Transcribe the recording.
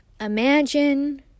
imagine